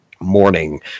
morning